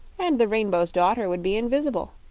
and the rainbow's daughter would be invis'ble.